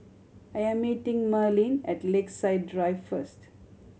I am meeting Merlene at Lakeside Drive first